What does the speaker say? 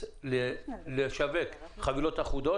לשווק חבילות אחודות.